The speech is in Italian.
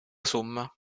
somma